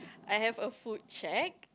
I have a food shack